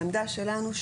העמדה שלנו,